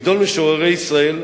וגדול משוררי ישראל,